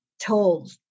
told